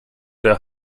der